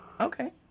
Okay